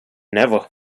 never